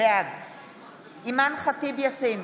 בעד אימאן ח'טיב יאסין,